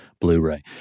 Blu-ray